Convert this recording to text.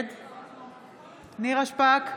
נגד נירה שפק,